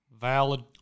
Valid